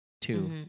two